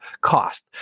cost